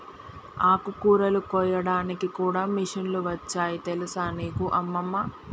ఆకుకూరలు కోయడానికి కూడా మిషన్లు వచ్చాయి తెలుసా నీకు అమ్మమ్మ